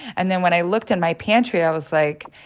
and then when i looked in my pantry, i was like,